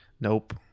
Nope